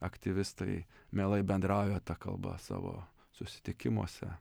aktyvistai mielai bendrauja ta kalba savo susitikimuose